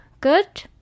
good